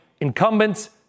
Incumbents